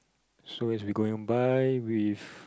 so as we going by with